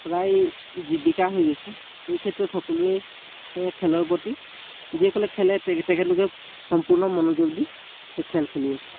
প্ৰায় জীৱিকা হৈ গৈছে এই ক্ষেত্ৰত সকলোৱে খেলৰ প্ৰতি যিসকলে খেলে তেখেতলোকে সম্পূৰ্ণ মনোযোগ দি খেল খেলি আছে